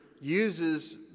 uses